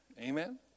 Amen